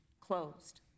closed